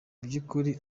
by’ukuri